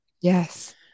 Yes